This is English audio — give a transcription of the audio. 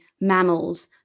mammals